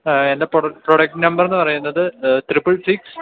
ആ എന്റെ product number എന്ന് പറയുന്നത് ത്രിപ്പിൾ സിക്സ്